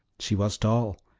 she was tall,